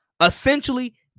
Essentially